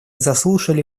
заслушали